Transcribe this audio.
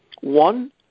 One